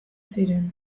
ziren